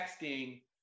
texting